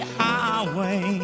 highway